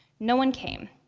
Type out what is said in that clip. no one came.